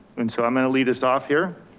and so i'm gonna lead us off here.